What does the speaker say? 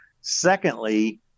Secondly